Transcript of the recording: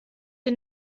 sie